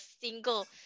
single